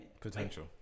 Potential